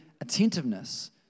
attentiveness